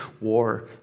war